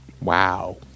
Wow